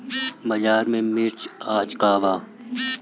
बाजार में मिर्च आज का बा?